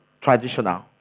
traditional